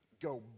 Go